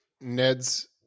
ned's